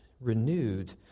renewed